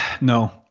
No